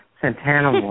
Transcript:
Santana